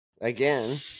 again